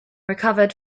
recovered